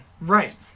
Right